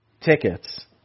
tickets